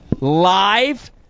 live